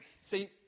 see